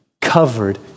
covered